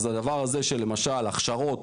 אז הדבר הזה של למשל הכשרות